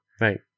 Right